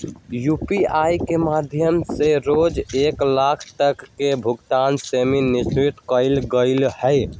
UPI के माध्यम से रोज एक लाख तक के भुगतान सीमा निर्धारित कएल गेल हइ